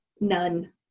None